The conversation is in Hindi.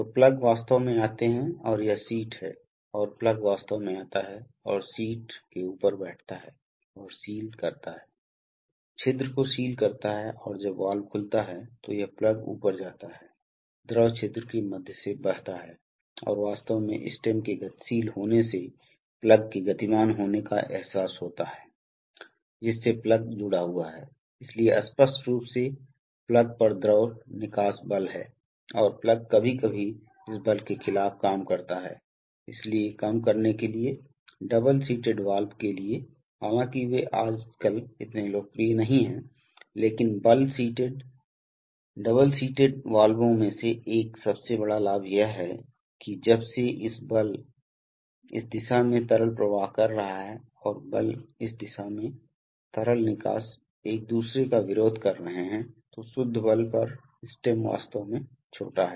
तो प्लग वास्तव में आते हैं और यह सीट है और प्लग वास्तव में आता है और सीट के ऊपर बैठता है और सील करता है छिद्र को सील करता है और जब वाल्व खुलता है तो यह प्लग ऊपर जाता है द्रव छिद्र के मध्य से बहता है और वास्तव में स्टेम के गतिशील होने से प्लग के गतिमान होने का एहसास होता है जिससे प्लग जुड़ा हुआ है इसलिए स्पष्ट रूप से प्लग पर द्रव निकास बल है और प्लग कभी कभी इस बल के खिलाफ काम करता है इसलिए कम करने के लिए डबल सीटेड वाल्व के लिए हालांकि वे आजकल इतने लोकप्रिय नहीं हैं लेकिन बल सीटेड वाल्वों में से एक सबसे बड़ा लाभ यह है कि जब से बल इस दिशा में तरल प्रवाह कर रहा है और बल इस दिशा में तरल निकास एक दूसरे का विरोध कर रहे हैं तो शुद्ध बल पर स्टेम वास्तव में छोटा है